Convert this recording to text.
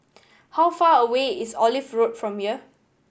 how far away is Olive Road from here